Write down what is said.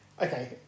Okay